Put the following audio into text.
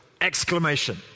exclamation